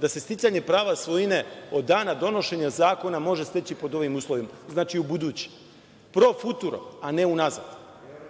da se sticanje prava svojine od dana donošenja zakona može steći pod ovim uslovima. Znači, ubuduće, profuturo, a ne unazad.